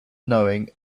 knowing